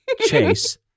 Chase